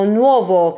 nuovo